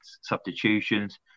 substitutions